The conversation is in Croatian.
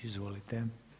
Izvolite.